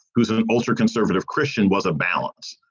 who's an ultra conservative christian, was a balance.